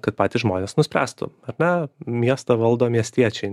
kad patys žmonės nuspręstų ar ne miestą valdo meistiečiai